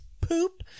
poop